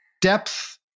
depth